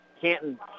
Canton